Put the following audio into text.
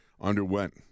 underwent –